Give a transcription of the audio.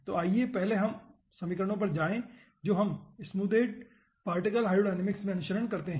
तो आइए पहले हम समीकरणों पर जाएं जो हम स्मूदेड पार्टिकल हाइड्रोडायनामिक्स में अनुसरण करते हैं